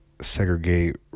segregate